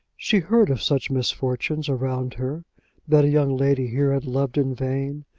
she heard of such misfortunes around her that a young lady here had loved in vain,